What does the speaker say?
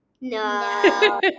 No